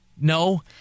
No